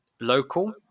local